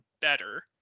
better